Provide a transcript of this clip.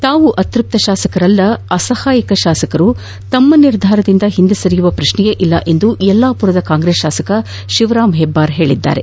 ತಾವು ಅತ್ಪಪ್ತ ಶಾಸಕರಲ್ಲ ಅಸಹಾಯಕ ಶಾಸಕರು ತಮ್ಮ ನಿರ್ಧಾರದಿಂದ ಹಿಂದೆ ಸರಿಯುವ ಪ್ರಶ್ನೆಯೇ ಇಲ್ಲ ಎಂದು ಯಲ್ಲಾಪುರದ ಕಾಂಗ್ರೆಸ್ ಶಾಸಕ ಶಿವರಾಂ ಹೆಬ್ಬಾರ್ ಹೇಳಿದ್ದಾರೆ